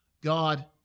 God